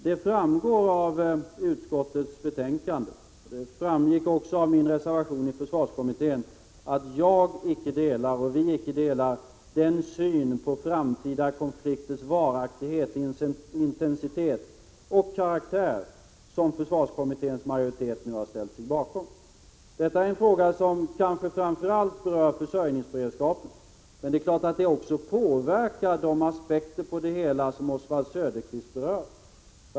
Det framgår av utskottets betänkande, och framgick också av min reservation i försvarskommittén, att jag icke delar den syn på framtida konflikters varaktighet och intensitet och karaktär som försvarskommitténs majoritet nu ställt sig bakom. Detta är en fråga som kanske framför allt berör försörjningsberedskapen, men den påverkar också de aspekter som Oswald Söderqvist berörde.